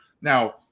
Now